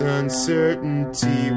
uncertainty